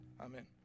amen